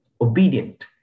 obedient